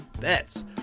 bets